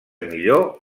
millor